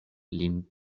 lin